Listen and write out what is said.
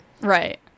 Right